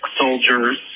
soldiers